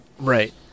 Right